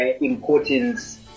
importance